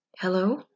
Hello